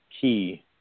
key